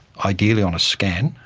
ideally on a scan,